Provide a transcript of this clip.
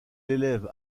l’élève